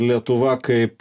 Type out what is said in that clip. lietuva kaip